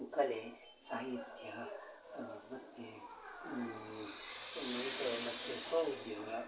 ಕಲೆ ಸಾಹಿತ್ಯ ಮತ್ತು ಇದು ಮತ್ತು ಸ್ವಉದ್ಯೋಗ